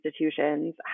institutions